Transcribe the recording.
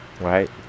right